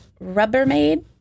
Rubbermaid